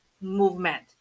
movement